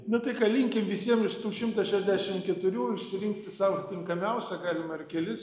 na tai ką linkim visiem iš tų šimtas šešdešim keturių išsirinkti sau tinkamiausią galima ir keli